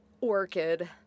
orchid